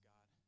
God